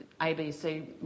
ABC